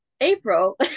april